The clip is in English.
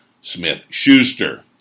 Smith-Schuster